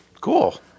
Cool